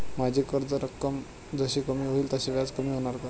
माझी कर्ज रक्कम जशी कमी होईल तसे व्याज कमी होणार का?